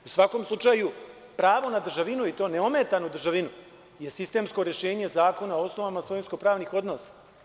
U svakom slučaju, pravo na državinu, i to neometanu državinu, je sistemsko rešenje Zakona o osnovama svojinsko-pravnih odnosa.